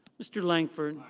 mr. langford.